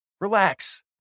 Relax